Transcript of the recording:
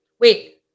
Wait